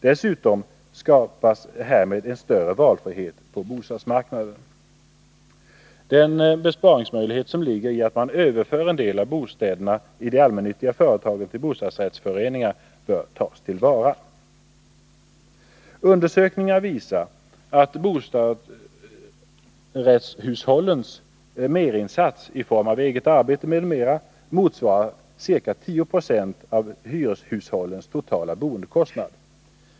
Dessutom skapas härmed en större valfrihet på bostadsmarknaden. Den besparingsmöjlighet som ligger i att man överför en del av bostäderna i de allmännyttiga företagen till bostadsrättsföreningar bör tas till vara. Undersökningar visar att bostadsrättshushållens merinsats i form av eget arbete m.m. motsvarar ca 10 96 av hyreshushållens totala boendekostnad.